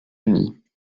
unis